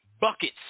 Buckets